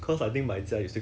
orh